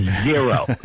zero